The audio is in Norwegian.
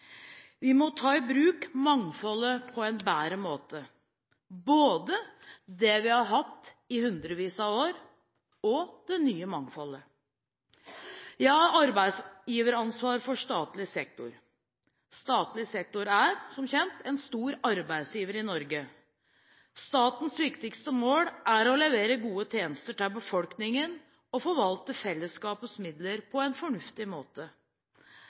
Vi må ta i bruk mangfoldet på en bedre måte, både det vi har hatt i hundrevis av år, og «det nye mangfoldet». Jeg har arbeidsgiveransvar for statlig sektor. Statlig sektor er, som kjent, en stor arbeidsgiver i Norge. Statens viktigste mål er å levere gode tjenester til befolkningen og å forvalte fellesskapets midler på en fornuftig måte.